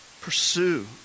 pursue